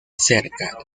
cerca